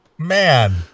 man